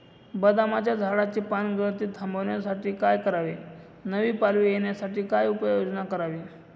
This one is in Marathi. बदामाच्या झाडाची पानगळती थांबवण्यासाठी काय करावे? नवी पालवी येण्यासाठी काय उपाययोजना करावी?